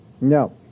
No